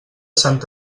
sant